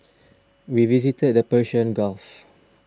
we visited the Persian Gulf